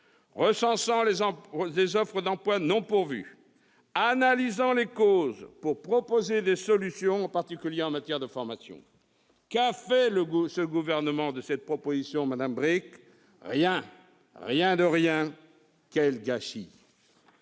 recensant les offres d'emploi non pourvues, analysant les causes pour proposer des solutions, en particulier en matière de formation. Qu'a fait ce gouvernement de cette proposition, madame Bricq ? Rien, rien de rien ! Quel gâchis !